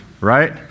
right